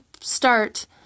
start